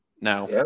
now